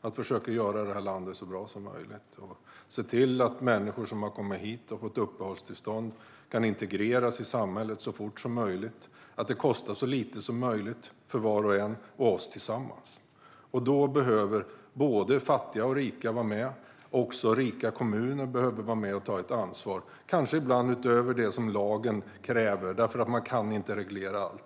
att försöka göra det här landet så bra som möjligt, att vi ska se till att människor som har kommit hit och fått uppehållstillstånd kan integreras i samhället så fort som möjligt och att det kostar så lite som möjligt för var och en och oss tillsammans. Då behöver både fattiga och rika, också rika kommuner, vara med och ta ett ansvar, kanske ibland utöver det som lagen kräver, för man kan inte reglera allt.